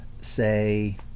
say